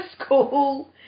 school